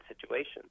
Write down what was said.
situation